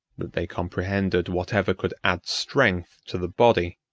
that they comprehended whatever could add strength to the body,